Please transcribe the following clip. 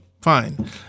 fine